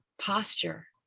posture